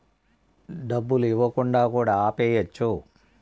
డబ్బులు ఇవ్వకుండా కూడా ఆపేయచ్చు